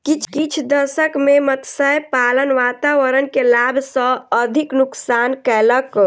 किछ दशक में मत्स्य पालन वातावरण के लाभ सॅ अधिक नुक्सान कयलक